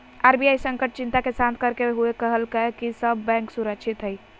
RBI संकट चिंता के शांत करते हुए कहलकय कि सब बैंक सुरक्षित हइ